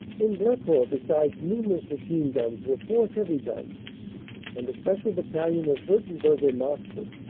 in blecourt besides numerous machine-guns were four heavy guns and a special battalion of wurternburger marks men,